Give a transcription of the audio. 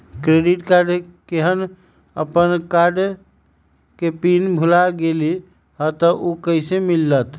Credit card केहन अपन card के पिन भुला गेलि ह त उ कईसे मिलत?